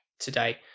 today